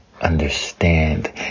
understand